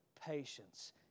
patience